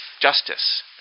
justice